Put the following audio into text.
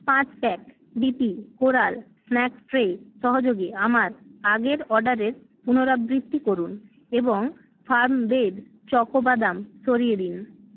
পাঁচ pack D P coral snack tray সহযোগে আমার আগের অর্ডারের পুনরাবৃত্তি করুন এবং ফার্মবেদ চকো বাদাম সরিয়ে দিন